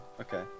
Okay